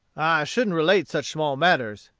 shouldn't relate such small matters,